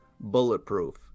Bulletproof